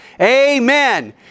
Amen